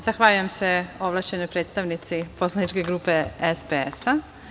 Zahvaljujem se ovlašćenoj predstavnici Poslaničke grupe SPS.